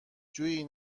جویی